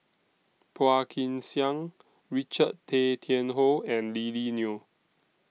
Phua Kin Siang Richard Tay Tian Hoe and Lily Neo